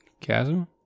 chasm